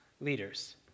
leaders